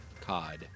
cod